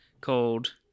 called